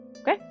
Okay